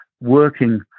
working